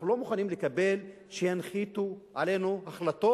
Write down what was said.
אנחנו לא מוכנים לקבל שינחיתו עלינו החלטות